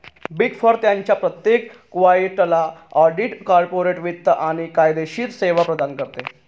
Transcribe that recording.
big four त्यांच्या प्रत्येक क्लायंटला ऑडिट, कॉर्पोरेट वित्त आणि कायदेशीर सेवा प्रदान करते